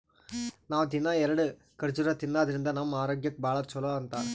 ನಾವ್ ದಿನ್ನಾ ಎರಡ ಖರ್ಜುರ್ ತಿನ್ನಾದ್ರಿನ್ದ ನಮ್ ಆರೋಗ್ಯಕ್ ಭಾಳ್ ಛಲೋ ಅಂತಾರ್